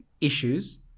issues